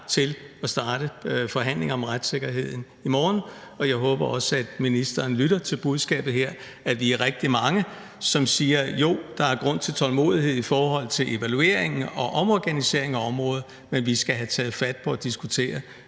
til at starte forhandlinger om retssikkerheden i morgen, og jeg håber også, at ministeren lytter til budskabet her, nemlig at vi er rigtig mange, som siger, at der er grund til tålmodighed i forhold til evalueringen og omorganiseringen af området, men vi skal have taget fat på at diskutere,